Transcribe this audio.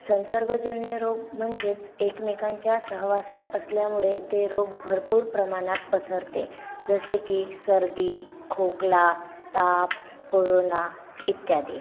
संसर्गजन्य रोग म्हणजेच एकमेकांच्या सहवासात असल्यामुळे ते रोग भरपूर प्रमाणात पसरते जसे की सर्दी खोकला ताप कोरोना इत्यादी